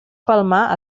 palmar